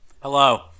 Hello